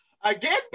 Again